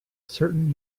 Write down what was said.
certain